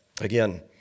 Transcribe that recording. again